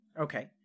okay